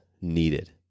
needed